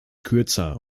kürzer